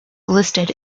listed